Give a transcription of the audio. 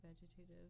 vegetative